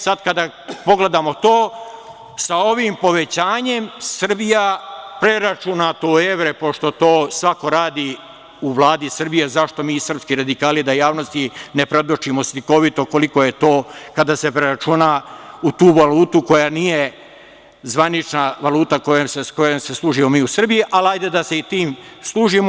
Sad, kada pogledamo to, sa ovim povećanjem Srbija, preračunato u evre, pošto to svako radi u Vladi Srbije, zašto mi srpski radikali da javnosti ne predočimo slikovito koliko je to kada se preračuna u tu valutu koja nije zvanična valuta kojom se služimo mi u Srbiji, ali hajde da se i time služimo.